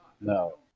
No